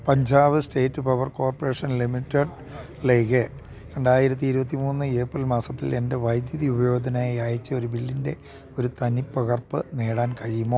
Punjab state power corporation ലിമിറ്റഡി ലേക്ക് രണ്ടായിരത്തി ഇരുപത്തിമൂന്ന് ഏപ്രിൽ മാസത്തിൽ എൻ്റെ വൈദ്യുതി ഉപയോഗത്തിനായി അയച്ച ഒരു ബില്ലിൻ്റെ ഒരു തനിപ്പകർപ്പു നേടാൻ കഴിയുമോ